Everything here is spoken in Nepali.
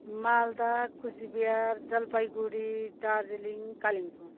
मालदा कुचबिहार जलपाइगुडी दार्जिलिङ कालिम्पोङ